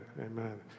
Amen